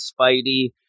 spidey